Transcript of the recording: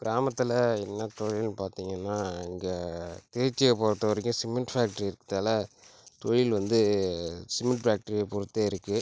கிராமத்தில் என்ன தொழில்னு பார்த்தீங்கன்னா இங்கே திருச்சியை பொறுத்த வரைக்கும் சிமெண்ட் ஃபேக்ட்ரி இருக்கதால் தொழில் வந்து சிமெண்ட் ஃபேக்ட்ரியை பொறுத்து இருக்குது